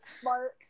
smart